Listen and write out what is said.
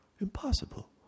Impossible